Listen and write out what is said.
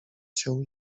cię